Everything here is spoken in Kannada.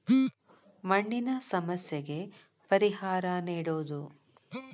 ಮಣ್ಣಿನ ಸಮಸ್ಯೆಗೆ ಪರಿಹಾರಾ ನೇಡುದು